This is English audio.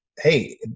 Hey